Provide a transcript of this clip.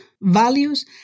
values